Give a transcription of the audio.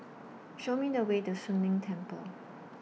Show Me The Way to Soon Leng Temple